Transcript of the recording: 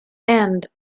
and